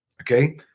Okay